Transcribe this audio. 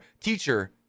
teacher